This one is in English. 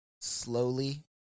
slowly